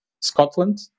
Scotland